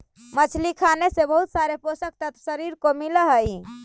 मछली खाने से बहुत सारे पोषक तत्व शरीर को मिलअ हई